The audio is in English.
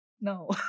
No